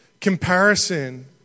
comparison